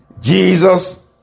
Jesus